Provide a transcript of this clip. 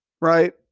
Right